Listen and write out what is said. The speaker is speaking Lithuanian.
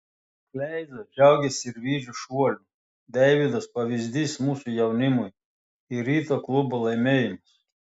kleiza džiaugiasi sirvydžio šuoliu deividas pavyzdys mūsų jaunimui ir ryto klubo laimėjimas